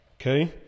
Okay